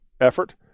effort